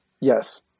Yes